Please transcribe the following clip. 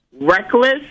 reckless